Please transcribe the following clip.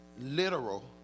Literal